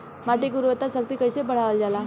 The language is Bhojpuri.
माटी के उर्वता शक्ति कइसे बढ़ावल जाला?